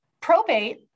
probate